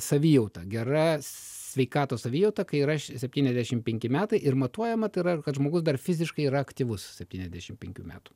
savijauta gera sveikatos vieta kai yra septyniasdešimt penki metai ir matuojama tai yra kad žmogus dar fiziškai yra aktyvus septyniasdešimt penkių metų